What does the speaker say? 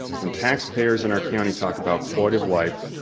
when tax payers in our county talk about quality of life,